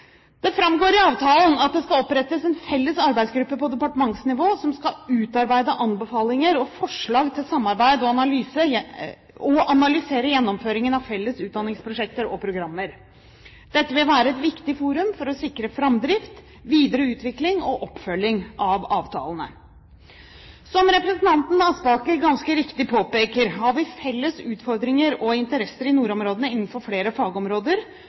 Det framgår av avtalen at det skal opprettes en felles arbeidsgruppe på departementsnivå som skal utarbeide anbefalinger og forslag til samarbeid, og som skal analysere gjennomføringen av felles utdanningsprosjekter og -programmer. Dette vil være et viktig forum for å sikre framdrift, videre utvikling og oppfølging av avtalene. Som representanten Aspaker ganske riktig påpeker, har vi felles utfordringer og interesser i nordområdene innenfor flere fagområder,